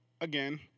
again